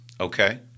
Okay